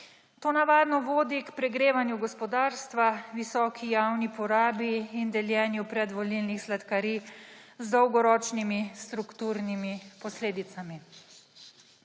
To navadno vodi k pregrevanju gospodarstva, visoki javni porabi in deljenju predvolilnih sladkarij z dolgoročnimi strukturnimi posledicami.